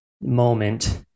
moment